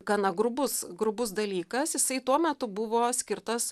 gana grubus grubus dalykas jisai tuo metu buvo skirtas